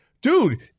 dude